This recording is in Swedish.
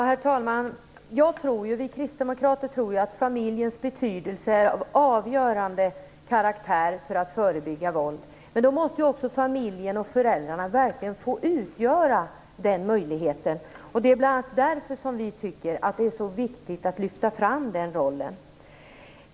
Herr talman! Vi kristdemokrater tror att familjen är av avgörande betydelse när det gäller att förebygga våld. Men då måste familjen och föräldrarna verkligen få den möjligheten. Det är bl.a. därför som vi tycker att det är så viktigt att lyfta fram den rollen.